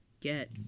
get